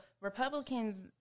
Republicans